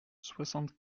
soixante